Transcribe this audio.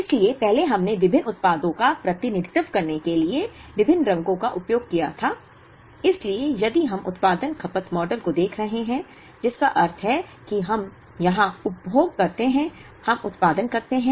इसलिए पहले हमने विभिन्न उत्पादों का प्रतिनिधित्व करने के लिए विभिन्न रंगों का उपयोग किया था इसलिए यदि हम उत्पादन खपत मॉडल को देख रहे हैं जिसका अर्थ है कि हम कहां उपभोग करते हैं हम उत्पादन करते हैं